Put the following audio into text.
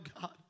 God